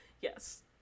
Yes